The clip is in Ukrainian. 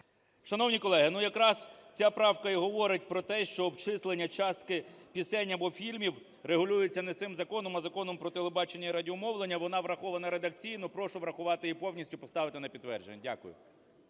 Шановні колеги, якраз ця правка і говорить про те, що обчислення частки пісень або фільмів регулюється не цим законом, а Законом "Про телебачення і радіомовлення". Вона врахована редакційно. Прошу врахувати її повністю, поставити на підтвердження. Дякую.